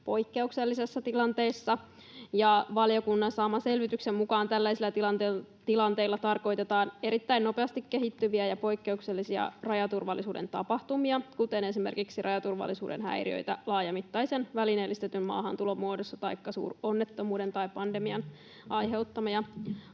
poikkeuksellisessa tilanteessa. Valiokunnan saaman selvityksen mukaan tällaisilla tilanteilla tarkoitetaan erittäin nopeasti kehittyviä ja poikkeuksellisia rajaturvallisuuden tapahtumia, kuten esimerkiksi rajaturvallisuuden häiriöitä laajamittaisen välineellistetyn maahantulon muodossa taikka suuronnettomuuden tai pandemian aiheuttamaa